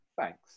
thanks